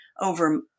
over